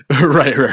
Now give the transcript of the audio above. Right